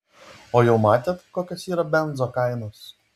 o jau matėt kokios yra benzo kainos